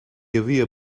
havia